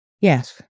yes